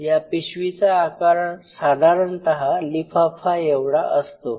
या पिशवीचा आकार साधारणत लिफाफा एवढा असतो